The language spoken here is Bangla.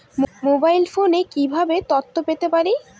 মোবাইল ফোনে কিভাবে তথ্য পেতে পারি?